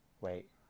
Wait